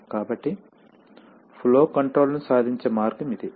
కాబట్టి flow control ను సాధించే మార్గం ఇది